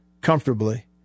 comfortably